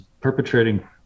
perpetrating